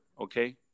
Okay